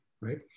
right